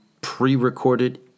pre-recorded